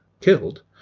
killed